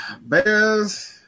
Bears